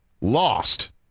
lost